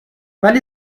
ولی